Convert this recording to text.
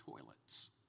toilets